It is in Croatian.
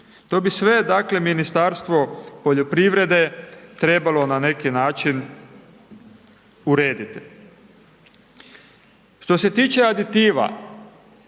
To bi sve dakle Ministarstvo poljoprivrede trebalo na neki način urediti. Što se tiče aditiva